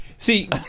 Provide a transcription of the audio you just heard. See